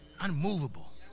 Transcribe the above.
unmovable